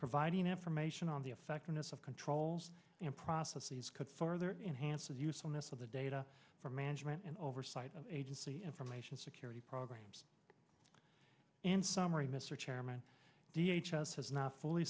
providing information on the effectiveness of controls and processes could further enhance its usefulness of the data for management and oversight of agency information security programs in summary mr chairman d h us has not fully